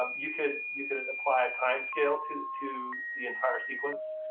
um you could you could apply a time scale to to the entire sequence.